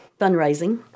fundraising